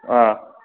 ꯑꯥ